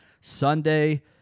Sunday